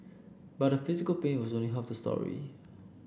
but the physical pain was only half the story